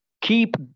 keep